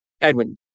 Edwin